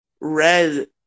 Red